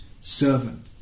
servant